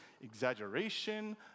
exaggeration